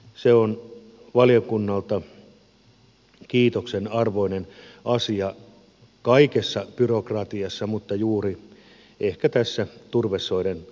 se on valiokunnalta kiitoksen arvoinen asia kaikessa byrokratiassa mutta juuri ehkä tässä turvesoiden osalta